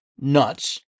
nuts